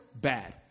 bad